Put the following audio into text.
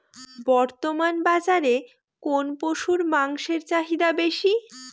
বর্তমান বাজারে কোন পশুর মাংসের চাহিদা বেশি?